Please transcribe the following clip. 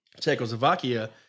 Czechoslovakia